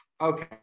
Okay